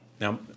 Now